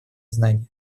знания